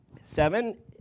seven